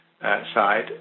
side